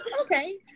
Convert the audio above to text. Okay